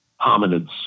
hominids